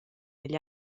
egl